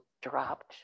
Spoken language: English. dropped